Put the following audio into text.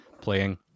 playing